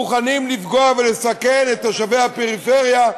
מוכנים לפגוע ולסכן את תושבי הפריפריה,